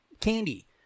candy